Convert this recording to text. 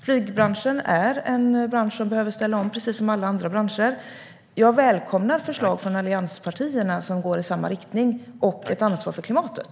Flygbranschen behöver ställa om precis som alla branscher. Jag välkomnar förslag från allianspartierna som går i samma riktning och tar ansvar för klimatet.